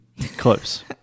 Close